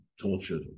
tortured